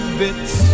bits